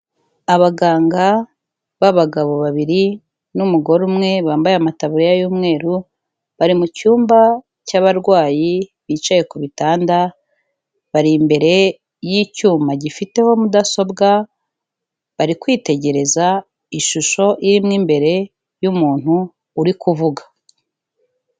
Abaganga b'abagabo babiri n'umugore umwe bambaye amataburiya y'umweru, bari mu cyumba cy'abarwayi bicaye ku bitanda, bari imbere y'icyuma gifiteho mudasobwa, bari kwitegereza ishusho iri mo imbere y'umuntu uri kuvuga.